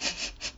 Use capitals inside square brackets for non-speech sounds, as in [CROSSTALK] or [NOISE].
[LAUGHS]